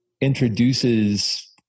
introduces